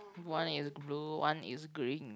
one is blue one is green